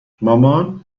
مامان